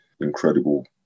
incredible